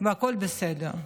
והכול בסדר.